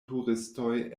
turistoj